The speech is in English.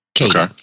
Okay